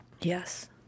Yes